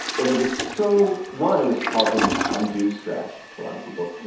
and it was so one, it was causing undue stress to a lot of people.